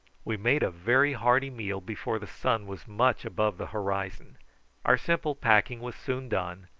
we made a very hearty meal before the sun was much above the horizon our simple packing was soon done,